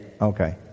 Okay